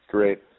Great